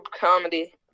comedy